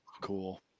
cool